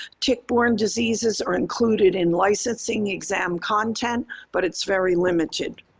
tick-borne diseases are included in licensing exam content but it's very limited.